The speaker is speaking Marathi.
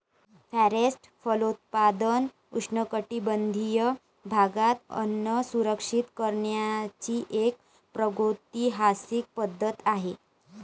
फॉरेस्ट फलोत्पादन उष्णकटिबंधीय भागात अन्न सुरक्षित करण्याची एक प्रागैतिहासिक पद्धत आहे